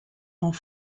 rangs